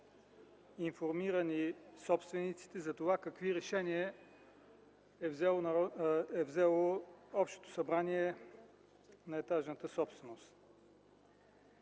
информирани собствениците какви решения е взело общото събрание на етажната собственост.